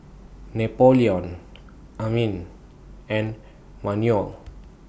Napoleon Amin and Manuel